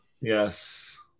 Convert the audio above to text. Yes